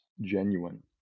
genuine